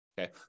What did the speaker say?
Okay